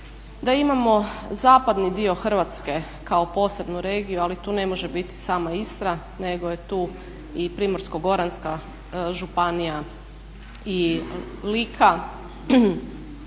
da imamo zapadni dio Hrvatske kao posebnu regiju ali tu ne može biti sama Istra nego je tu i Primorsko-goranska županija i Lika